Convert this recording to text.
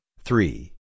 three